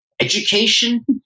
education